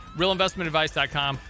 realinvestmentadvice.com